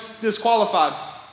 disqualified